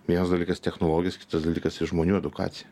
vienas dalykas technologijos kitas dalykas žmonių edukacija